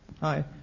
Hi